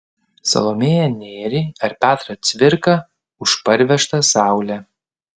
salomėją nėrį ar petrą cvirką už parvežtą saulę